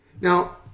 Now